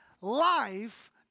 life